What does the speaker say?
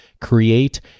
Create